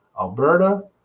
Alberta